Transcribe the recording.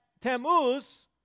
Tammuz